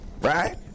Right